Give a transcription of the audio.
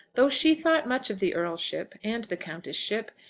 though she thought much of the earl-ship, and the countess-ship,